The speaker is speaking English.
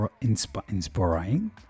inspiring